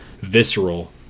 visceral